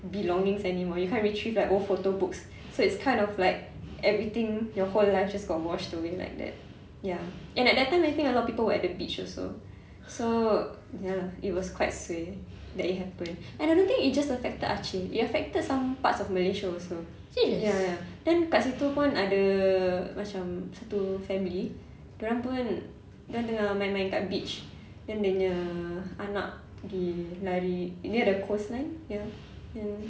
belongings anymore you can't retrieve like old photo books so it's kind of like everything your whole life just got washed away like that ya and at that time I think a lot people at the beach also so ya lah it was quite suay that it happened and I don't think it just affected aceh it affected some parts of malaysia also ya ya then kat situ pun ada macam satu family dia orang pun dia orang tengah main-main kat beach then dia nya anak pergi lari near the coastline ya then